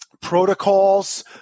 protocols